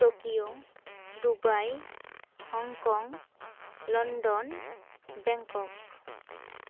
Tokyo Dubai Hong Kong London Bangkok